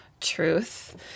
truth